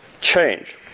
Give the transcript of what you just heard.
change